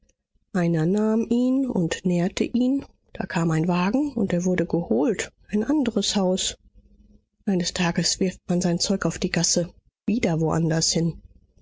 einer nahm ihn und nährte ihn da kam ein wagen und er wurde geholt ein andres haus eines tages wirft man sein zeug auf die gasse wieder woandershin wie